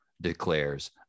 declares